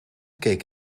keek